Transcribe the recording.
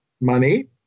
money